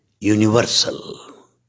universal